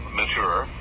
mature